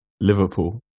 Liverpool